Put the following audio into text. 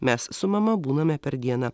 mes su mama būname per dieną